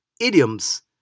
Idioms